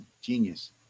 genius